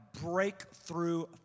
breakthrough